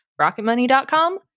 Rocketmoney.com